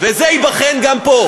אבל זה לא בשר, וזה ייבחן גם פה.